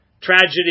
Tragedy